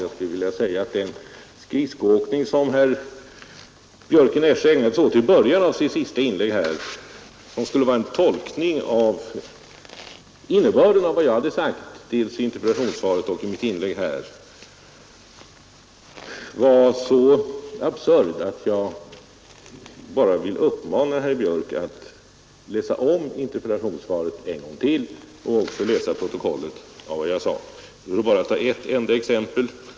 Jag skulle vilja säga att den skridskoåkning som herr Björck i Nässjö ägnade sig åt i början av sitt senaste inlägg och som skulle vara en tolkning av innebörden i vad jag hade sagt dels i interpellationssvaret, dels i mitt inlägg här, var så absurd att jag barå vill uppmana herr Björck att läsa interpellationssvaret en gång till och att dessutom i protokollet läsa vad jag sade. Jag skall bara ta ett enda exempel.